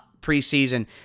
preseason